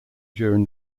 during